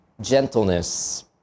gentleness